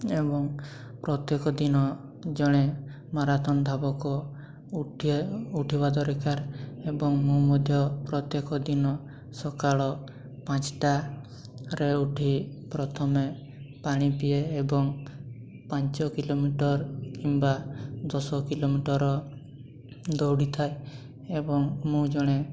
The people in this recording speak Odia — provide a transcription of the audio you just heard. ଏବଂ ପ୍ରତ୍ୟେକ ଦିନ ଜଣେ ମାରାଥନ୍ ଧାବକ ଉଠିବା ଉଠିବା ଦରକାର ଏବଂ ମୁଁ ମଧ୍ୟ ପ୍ରତ୍ୟେକ ଦିନ ସକାଳ ପାଞ୍ଚଟାରେ ଉଠି ପ୍ରଥମେ ପାଣି ପିଏ ଏବଂ ପାଞ୍ଚ କିଲୋମିଟର କିମ୍ବା ଦଶ କିଲୋମିଟର ଦୌଡ଼ିଥାଏ ଏବଂ ମୁଁ ଜଣେ